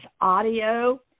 audio